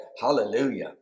Hallelujah